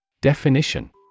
Definition